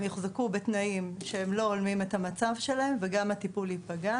יוחזקו בתנאים שלא הולמים את המצב שלהם וגם הטיפול ייפגע.